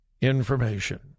information